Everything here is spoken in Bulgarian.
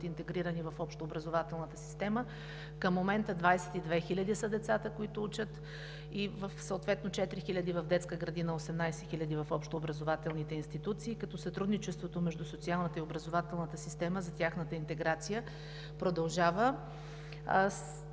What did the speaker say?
интегрирани в общообразователната система. Към момента 22 хиляди са децата, които учат, съответно 4 хиляди в детска градина, 18 хиляди в общообразователните институции, като сътрудничеството между социалната и образователната система за тяхната интеграция продължава.